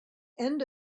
end